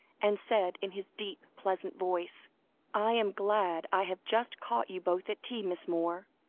and said in his deep pleasant voice i am glad i have just caught you both at tea, miss moore.